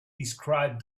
described